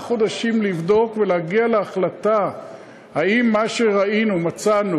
חודשים לבדוק ולהגיע להחלטה האם מה שראינו ומצאנו,